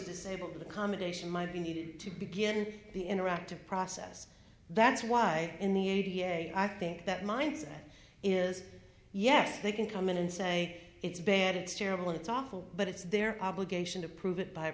disabled accommodation might be needed to begin the interactive process that's why in the a b a i think that mindset is yes they can come in and say it's bad it's terrible it's awful but it's their obligation to prove it by